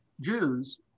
Jews